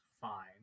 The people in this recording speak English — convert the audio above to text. fine